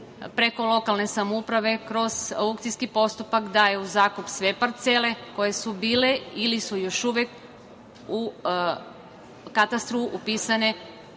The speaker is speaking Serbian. preko lokalne samouprave, kroz aukcijski postupak daje u zakup sve parcele koje su bile ili su još uvek u katastru upisane